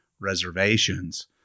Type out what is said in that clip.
reservations